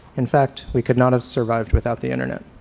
in fact, we could not have survived without the internet.